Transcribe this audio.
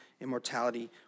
immortality